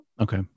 Okay